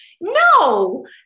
No